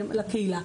לקהילה,